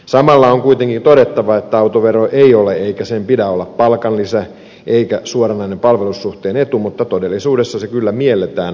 samalla on kuitenkin todettava että autovero ei ole eikä sen pidä olla palkanlisä eikä suoranainen palvelussuhteen etu mutta todellisuudessa se kyllä mielletään lisäporkkanaksi